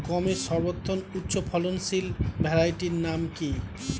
গমের সর্বোত্তম উচ্চফলনশীল ভ্যারাইটি নাম কি?